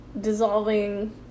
dissolving